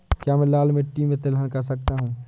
क्या मैं लाल मिट्टी में तिलहन कर सकता हूँ?